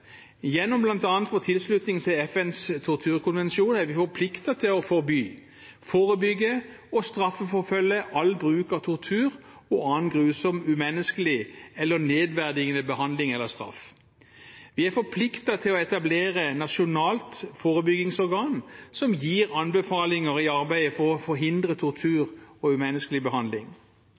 Gjennom bl.a. vår tilslutning til FNs torturkonvensjon er vi forpliktet til å forby, forebygge og straffeforfølge all bruk av tortur og annen grusom, umenneskelig eller nedverdigende behandling eller straff. Vi er forpliktet til å etablere et nasjonalt forebyggingsorgan som gir anbefalinger i arbeidet for å forhindre tortur og umenneskelig behandling.